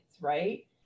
right